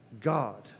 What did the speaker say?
God